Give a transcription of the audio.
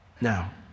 Now